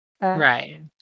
right